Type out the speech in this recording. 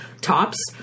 tops